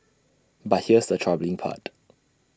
but here's the troubling part